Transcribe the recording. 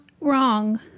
wrong